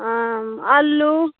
अँ अल्लू